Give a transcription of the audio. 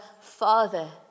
Father